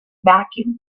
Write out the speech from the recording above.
vacuum